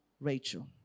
Rachel